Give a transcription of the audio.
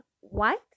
White